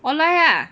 online ah